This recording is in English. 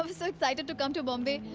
um so excited to come to mumbai.